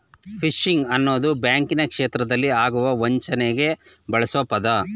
fishing ಅನ್ನೋದು ಬ್ಯಾಂಕಿನ ಕ್ಷೇತ್ರದಲ್ಲಿ ಆಗುವ ವಂಚನೆಗೆ ಬಳ್ಸೊ ಪದ